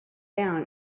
down